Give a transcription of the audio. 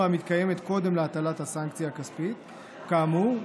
המתקיימת קודם להטלת הסנקציה הכספית כאמור,